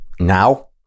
now